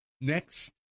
Next